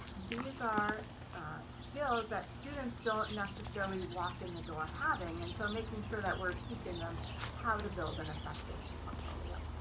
these are skills that students don't necessarily walk in the door having and so making sure that we're teaching them how to build an effective eportfolio.